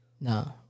No